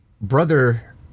brother